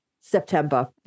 September